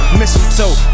mistletoe